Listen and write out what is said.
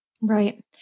Right